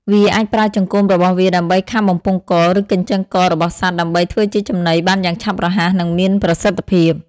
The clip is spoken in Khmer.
វាអាចប្រើចង្កូមរបស់វាដើម្បីខាំបំពង់ក ឬកញ្ចឹងករបស់សត្វ ដើម្បីធ្វើជាចំណីបានយ៉ាងឆាប់រហ័ស និងមានប្រសិទ្ធភាព។